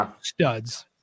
studs